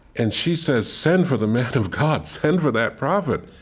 and she says, send for the man of god. send for that prophet.